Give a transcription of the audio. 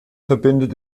verbindet